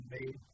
made